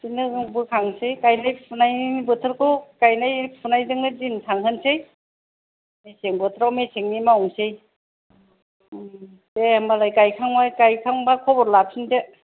बिदिनो बोखांसै गाइनाय फुनाय बोथोरखौ गाइनाय फुनायजोंनो दिन थांहोनसै मेसें बोथोराव मेसेंनि मावसै उम दे होनबालाय गायखांबा गायखांबा खबर लाफिनदो